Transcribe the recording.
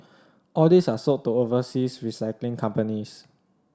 all these are sold to overseas recycling companies